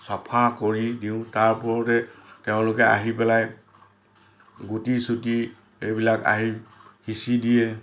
চাফা কৰি দিওঁ তাৰ ওপৰতে তেওঁলোকে আহি পেলাই গুটি চুটি এইবিলাক আহি সিঁচি দিয়ে